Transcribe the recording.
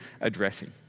addressing